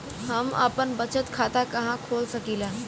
हम आपन बचत खाता कहा खोल सकीला?